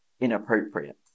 inappropriate